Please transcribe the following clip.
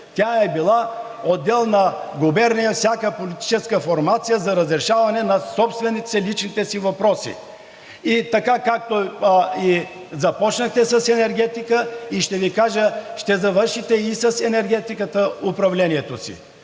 тя е била отделна губерния – всяка политическа формация за разрешаване на собствените си лични въпроси. И така както започнахте с енергетика, ще Ви кажа: ще завършите и с енергетиката управлението си.